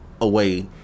away